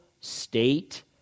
state